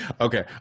Okay